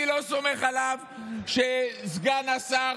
אני לא סומך עליו שסגן השר